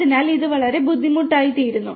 അതിനാൽ ഇത് വളരെ ബുദ്ധിമുട്ടായിത്തീരുന്നു